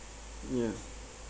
yeah